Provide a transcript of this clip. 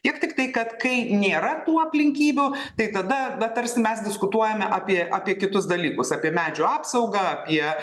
jie tiktai kad kai nėra tų aplinkybių tai tada na tarsi mes diskutuojame apie apie kitus dalykus apie medžių apsaugą apie